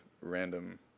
random